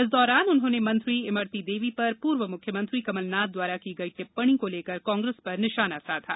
इस दौरान उन्होंने मंत्री इमरती देवी पर पूर्व मुख्यमंत्री कमलनाथ द्वारा की गई टिप्पणी को लेकर कांग्रेस पर निशाना साधा